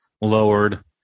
lowered